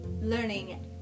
learning